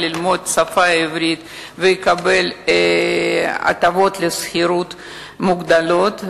ללמוד את השפה העברית ויקבל הטבות מוגדלות לשכירות.